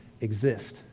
exist